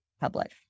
public